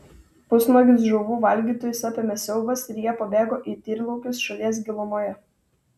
pusnuogius žuvų valgytojus apėmė siaubas ir jie pabėgo į tyrlaukius šalies gilumoje